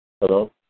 Hello